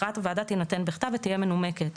אחת, ההכרעה תינתן בכתב ותהיה מנומקת.